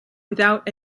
without